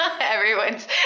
Everyone's